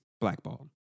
blackballed